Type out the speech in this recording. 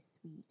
sweet